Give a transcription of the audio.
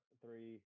Three